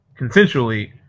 consensually